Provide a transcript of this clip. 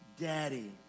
Daddy